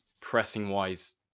Pressing-wise